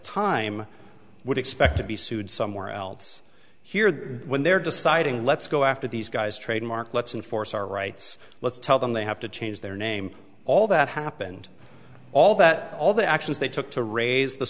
time would expect to be sued somewhere else here when they're deciding let's go after these guys trademark let's enforce our rights let's tell them they have to change their name all that happened all that all the actions they took to raise the